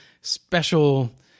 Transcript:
special